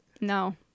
No